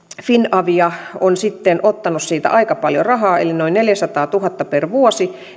finavia on ottanut siitä aika paljon rahaa eli noin neljäsataatuhatta per vuosi